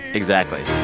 exactly